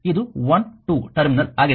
ಇದು 1 2 ಟರ್ಮಿನಲ್ ಆಗಿದೆ